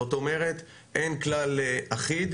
זאת אומרת אין כלל אחיד.